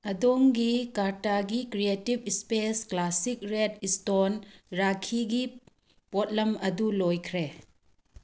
ꯑꯗꯣꯝꯒꯤ ꯀꯥꯔꯠꯇꯒꯤ creative space classic ꯔꯦꯠ ꯏꯁꯇꯣꯟ ꯔꯥꯈꯤꯒꯤ ꯄꯣꯠꯂꯝ ꯑꯗꯨ ꯂꯣꯏꯈ꯭ꯔꯦ